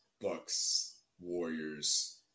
Bucks-Warriors